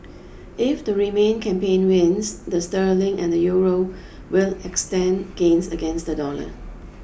if the remain campaign wins the sterling and Euro will extend gains against the dollar